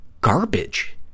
garbage